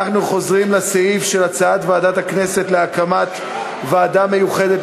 אנחנו חוזרים לסעיף של הצעת ועדת הכנסת להקים ועדה מיוחדת,